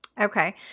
Okay